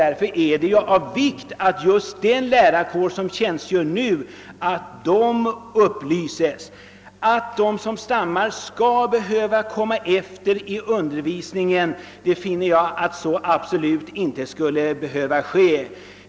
Det är därför av vikt att just den lärarkår som nu tjänstgör upplyses. Att de som stammar kommer efter i undervisningen vilket statsrådet påpekade är något som absolut inte behöver ske.